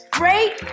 great